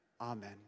Amen